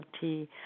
tea